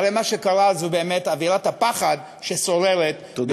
הרי מה שקרה זה באמת אווירת הפחד ששוררת, תודה.